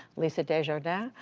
lisa desjardins,